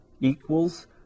equals